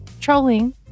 trolling